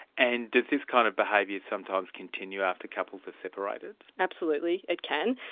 and does this kind of behaviour sometimes continue after couples have separated? absolutely it can.